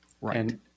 Right